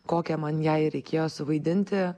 kokią man ją ir reikėjo suvaidinti